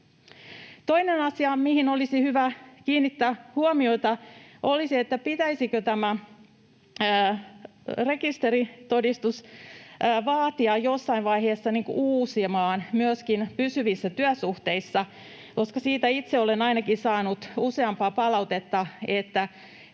Toinen asia, mihin olisi hyvä kiinnittää huomiota, olisi se, pitäisikö vaatia uusimaan tämä rekisteritodistus jossain vaiheessa myöskin pysyvissä työsuhteissa, koska siitä itse olen ainakin saanut useampaa palautetta, että